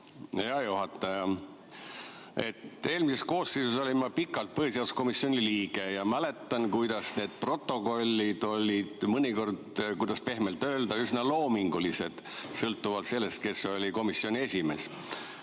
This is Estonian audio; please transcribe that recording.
Hea juhataja! Eelmises koosseisus olin ma pikalt põhiseaduskomisjoni liige ja mäletan, kuidas need protokollid olid mõnikord pehmelt öeldes üsna loomingulised, sõltuvalt sellest, kes oli komisjoni esimees.